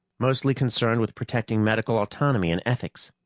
mostly concerned with protecting medical autonomy and ethics.